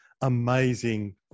amazing